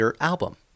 Album